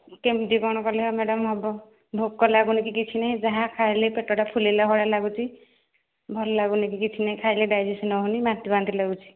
କେମିତି କ'ଣ କଲେ ମ୍ୟାଡ଼ାମ ହେବ ଭୋକ ଲାଗୁନି କି କିଛି ନାହିଁ ଯାହା ଖାଇଲେ ପେଟ ଟା ଫୁଲାଇଲା ଭଳିଆ ଲାଗୁଛି ଭଲ ଲାଗୁନି କି କିଛି ନାହିଁ ଖାଇଲେ ଡାଇଜେସନ୍ ହେଉନି ବାନ୍ତି ବାନ୍ତି ଲାଗୁଛି